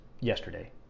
yesterday